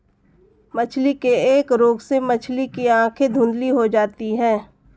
मछली के एक रोग से मछली की आंखें धुंधली हो जाती है